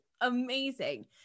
Amazing